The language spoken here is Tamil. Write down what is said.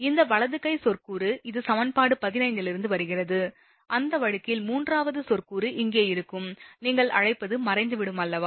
இந்த வலது கைச் சொற்கூறு இது சமன்பாடு 15 இலிருந்து வருகிறது அந்த வழக்கில் மூன்றாவது சொற்கூறு இங்கே இருக்கும் நீங்கள் அழைப்பது மறைந்துவிடும் அல்லவா